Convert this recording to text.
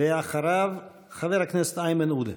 ואחריו, חבר הכנסת איימן עודה.